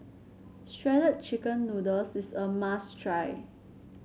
Shredded Chicken Noodles is a must try